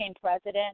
president